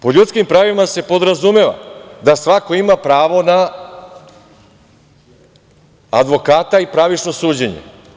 Pod ljudskim pravima se podrazumeva da svako ima pravo na advokata i pravično suđenje.